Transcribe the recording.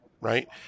Right